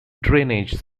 drainage